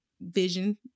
vision